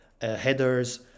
headers